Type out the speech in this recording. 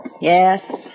Yes